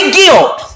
guilt